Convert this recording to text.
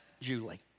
Julie